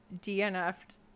DNF'd